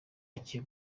agiye